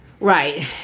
Right